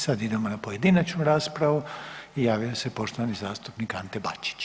Sada idemo na pojedinačnu raspravu, javio se poštovani zastupnik Ante Bačić.